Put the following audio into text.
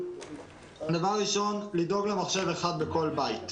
דבר ראשון, לדאוג למחשב אחד בכל בית.